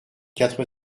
quatre